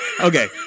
Okay